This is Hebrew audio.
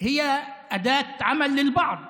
אבו כאמל.) (אומר דברים בשפה הערבית, להלן תרגומם: